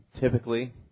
typically